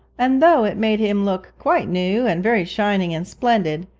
and though it made him look quite new, and very shining and splendid,